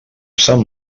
sant